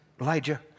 Elijah